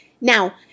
Now